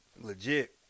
legit